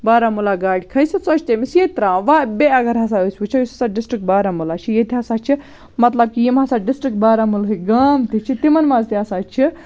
بارہمولہ گاڑِ کھٔسِتھ سۄ چھِ تٔمِس ییٚتہِ ترٛاوان وۄنۍ بیٚیہِ اگر ہَسا أسۍ وٕچھو یُس ہسا ڈِسٹرک بارہمولہ چھُ ییٚتہِ ہسا چھِ مطلب کہِ یِم ہسا ڈِسٹرک بارہمولہٕکۍ گام تہِ چھِ تِمَن مَنٛز تہِ ہسا چھِ